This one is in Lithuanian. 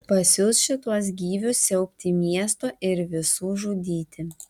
pasiųs šituos gyvius siaubti miesto ir visų žudyti